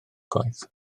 gwaith